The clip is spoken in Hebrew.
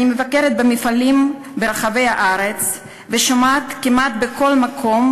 אני מבקרת במפעלים ברחבי הארץ ושומעת כמעט בכל מקום